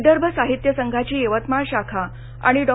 विदर्भ साहित्य संघाची यवतमाळ शाखा आणि डॉ